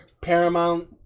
Paramount